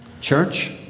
church